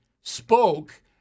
spoke